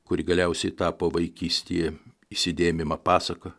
kuri galiausiai tapo vaikystėje įsidėmima pasaka